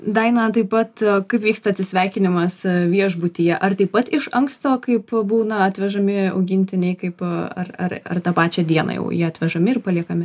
daina taip pat kaip vyksta atsisveikinimas viešbutyje ar taip pat iš anksto kaip būna atvežami augintiniai kaip ar ar ar tą pačią dieną jau jie atvežami ir paliekami